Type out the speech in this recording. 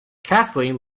kathleen